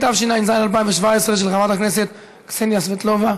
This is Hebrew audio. התשע"ז 2017, של חברת הכנסת קסניה סבטלובה.